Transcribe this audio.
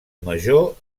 major